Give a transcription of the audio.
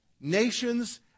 nations